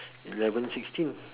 eleven sixteen